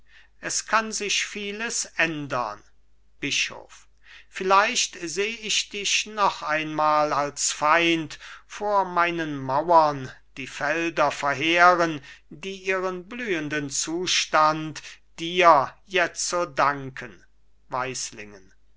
es kann sich vieles ändern bischof vielleicht seh ich dich noch einmal als feind vor meinen mauern die felder verheeren die ihren blühenden zustand dir jetzo danken